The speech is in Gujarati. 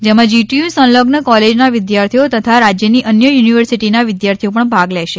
જેમાં જીટીયુ સંલઝ્ન કોલેજના વિદ્યાર્થીઓ તથા રાજ્યની અન્ય યુનિવર્સિટીના વિદ્યાર્થીઓ પણ ભાગ લેશે